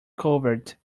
covered